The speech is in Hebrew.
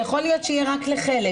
ויכול להיות שיהיה רק לחלק?